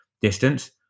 distance